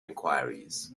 enquiries